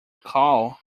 call